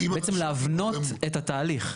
בעצם להבנות את התהליך.